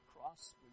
cross